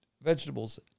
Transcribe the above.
vegetables